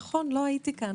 נכון, לא הייתי כאן.